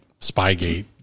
Spygate